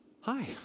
hi